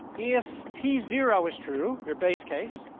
if p zero is true your base case